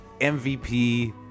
MVP